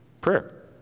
Prayer